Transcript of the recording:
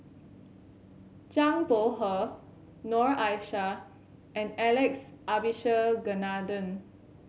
Zhang Bohe Noor Aishah and Alex Abisheganaden